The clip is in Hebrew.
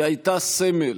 היא הייתה סמל,